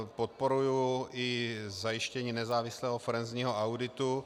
Podporuji i zajištění nezávislého forenzního auditu.